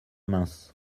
mince